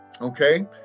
Okay